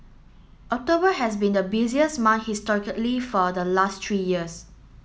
October has been the busiest month historically for the last three years